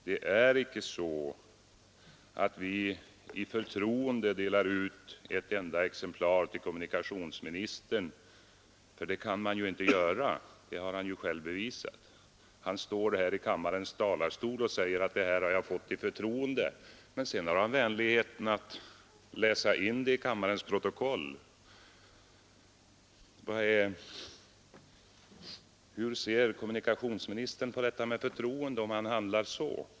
Det är icke så att vi i förtroende delar ut ett enda exemplar till kommunikationsministern, för det kan man ju inte göra — det har han själv bevisat. Han står här i kammarens talarstol och säger att programmet har han fått i förtroende. Men sedan har han vänligheten att läsa in det till kammarens protokoll. Hur ser kommunikationsministern på detta med förtroende om han handlar så?